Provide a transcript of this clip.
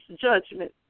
judgment